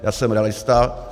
Já jsem realista.